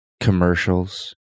commercials